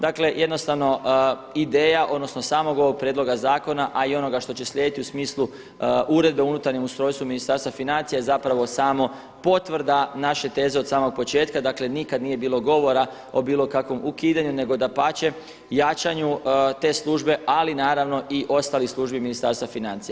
Dakle, jednostavno ideja, odnosno samog ovog prijedloga zakona a i onoga što će slijediti u smislu uredbe o unutarnjem ustrojstvu Ministarstva financija je zapravo samo potvrda naše teze od samog početka, dakle nikad nije bilo govora o bilo kakvom ukidanju nego dapače, jačanju te službe, ali naravno i ostalih službi Ministarstva financija.